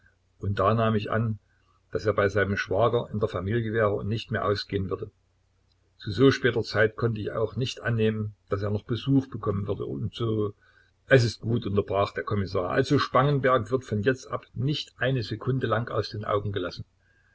und da nahm ich an daß er bei seinem schwager in der familie wäre und nicht mehr ausgehen würde zu so später zeit konnte ich auch nicht annehmen daß er noch besuch bekommen würde und so es ist gut unterbrach der kommissar also spangenberg wird von jetzt ab nicht eine sekunde lang aus den augen gelassen